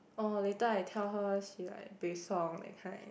orh later I tell her she like buay song that kind